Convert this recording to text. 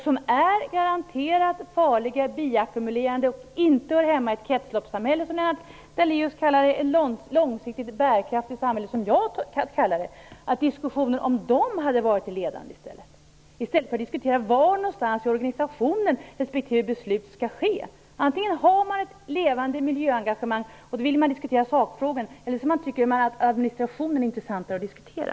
De är garanterat farliga och bioackumulerande och hör inte hemma i ett kretsloppssamhälle som Lennart Daléus kallar det eller ett långsiktigt och bärkraftigt samhälle som jag kallar det. Jag hade hellre sett att diskussionen om dem hade varit ledande, i stället för diskussionen om var i organisationen respektive beslut skall fattas. Antingen har man ett levande miljöengagemang, och då vill man diskutera sakfrågorna, eller så tycker man att administrationen är intressantare att diskutera.